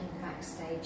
backstage